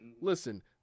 Listen